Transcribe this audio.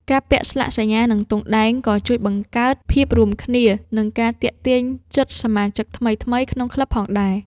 ការពាក់ស្លាកសញ្ញា និងទង់ដែង ក៏ជួយបង្កើតភាពរួមគ្នា និងការទាក់ទាញចិត្តសមាជិកថ្មីៗក្នុងក្លឹបផងដែរ។